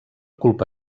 culpa